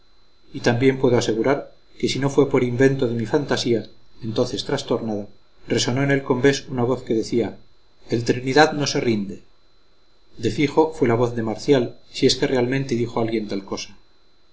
y también puedo asegurar que si no fue invento de mi fantasía entonces trastornada resonó en el combés una voz que decía el trinidad no se rinde de fijo fue la voz de marcial si es que realmente dijo alguien tal cosa